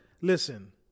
listen